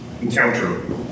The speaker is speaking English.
encounter